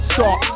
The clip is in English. Stop